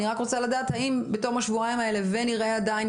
אני רק רוצה לדעת האם בתום השבועיים האלה ונראה עדיין